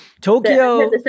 Tokyo